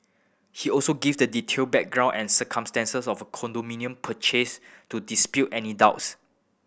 he also gave the detailed background and circumstances of condominium purchase to dispel any doubts